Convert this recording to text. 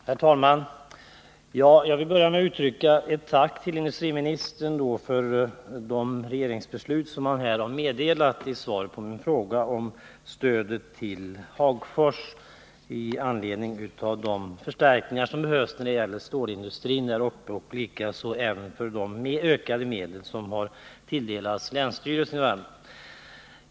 Herr talman! Jag vill börja med att uttala ett tack till industriministern för de i svaret på min fråga redovisade regeringsbesluten om stöd till Hagfors och Munkfors med anledning av de förstärkningar som behövs när det gäller stålindustrin. Jag vill likaså tacka för de ökade medel som har tilldelats länsstyrelsen i Värmland.